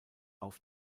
auf